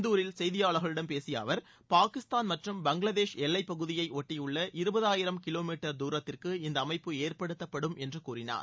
இந்தூரில் செய்தியாளர்களிடம் பேசிய அவர் பாகிஸ்தான் மற்றும் பங்களாதேஷ் எல்லைப் பகுதியை ஒட்டியுள்ள இருபதாயிரம் கிலோ மீட்டர் தூரத்திற்கு இந்த அமைப்பு ஏற்படுத்தப்படும் என்று கூறினார்